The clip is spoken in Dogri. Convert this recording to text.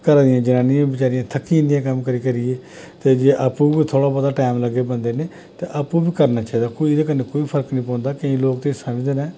घरा दियां जरानियां बी बैचारियां थ'क्की जंदियां कम्म करी करी ते जे आपूं बी थोह्ड़ा बहोता टाइम लग्गे बंदे नै ते आपूं बी करना चाहिदा कोई एह्दे कन्नै कोई फर्क नेईं पौंदा केईं लोग ते समझदे न